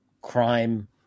crime